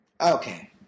Okay